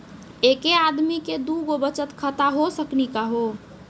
एके आदमी के दू गो बचत खाता हो सकनी का हो?